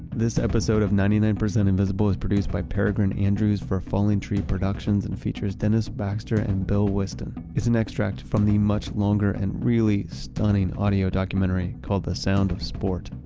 this episode of ninety nine percent invisible was produced by peregrine andrews for falling tree productions and features dennis baster and bill whiston. it's an extract from the much longer and really stunning audio documentary called the sound of sport.